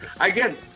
again